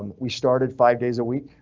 and we started five days a week.